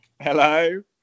Hello